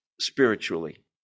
spiritually